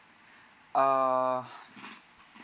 err